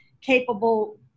capable